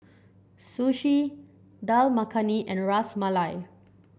Sushi Dal Makhani and Ras Malai